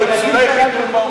מה זה קשור?